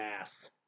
ass